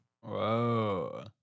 Whoa